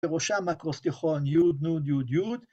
‫בראשם אקרוסטיכון יוד, נון, יוד, יוד.